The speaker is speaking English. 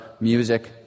Music